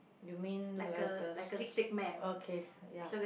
you mean like a stick okay ya